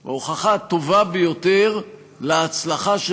הוא ההוכחה הטובה ביותר להצלחה של